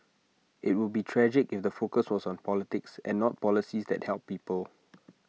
IT would be tragic if the focus was on politics and not policies that help people